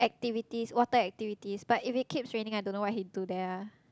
activities water activities but if it keeps raining I don't know what he do there ah